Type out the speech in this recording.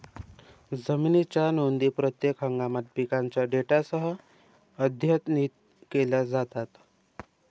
जमिनीच्या नोंदी प्रत्येक हंगामात पिकांच्या डेटासह अद्यतनित केल्या जातात